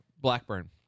Blackburn